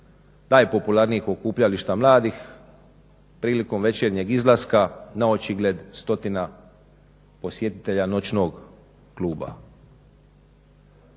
najpopularnijih okupljališta mladih prilikom večernjeg izlaska na očigled stotine posjetitelja noćnog kluba.